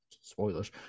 Spoilers